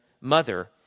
mother